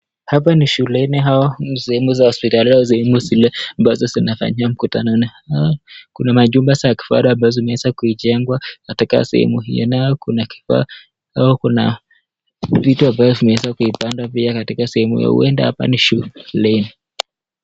Hapa ni shuleni au ni sehemu za hospitalini au sehemu zile zinafanyiwa mkutano. Kuna majumba za kifahari ambazo zimeweza kuijengwa katika sehemu hiyo, nayo kuna kibao au kuna vitu ambazo zimeweza kuipanda sehemu hiyo uenda hapa ni shuleni.